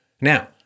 Now